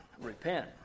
repent